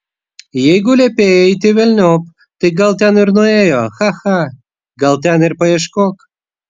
jeigu liepei eiti velniop tai gal ten ir nuėjo cha cha gal ten ir paieškok